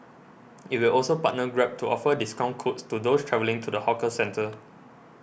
it will also partner Grab to offer discount codes to those travelling to the hawker centre